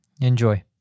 Enjoy